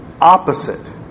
opposite